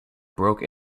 broke